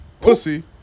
pussy